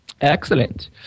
excellent